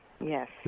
Yes